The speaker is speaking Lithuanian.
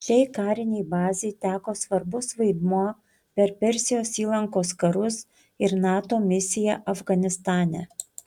šiai karinei bazei teko svarbus vaidmuo per persijos įlankos karus ir nato misiją afganistane